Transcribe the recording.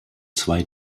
zwei